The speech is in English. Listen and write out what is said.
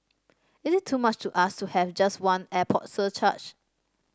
is it too much to ask to have just one airport surcharge